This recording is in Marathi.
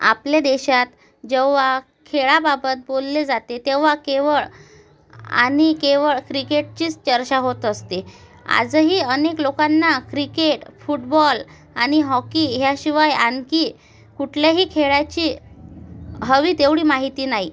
आपल्या देशात जेव्हा खेळाबाबत बोलले जाते तेव्हा केवळ आणि केवळ क्रिकेटचीच चर्चा होत असते आजही अनेक लोकांना क्रिकेट फुटबॉल आणि हॉकी ह्याशिवाय आणखी कुठल्याही खेळाची हवी तेवढी माहिती नाही